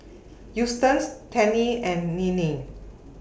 Eustace Tennie and Nealie